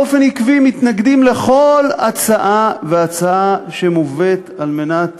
באופן עקבי מתנגדים לכל הצעה והצעה שמובאת על מנת